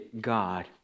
God